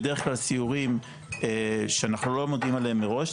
בדרך כלל סיורים שאנחנו לא מודיעים עליהם מראש,